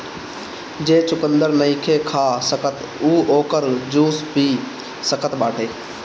जे चुकंदर नईखे खा सकत उ ओकर जूस पी सकत बाटे